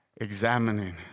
examining